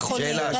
שאלה